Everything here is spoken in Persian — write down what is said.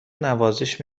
نوازش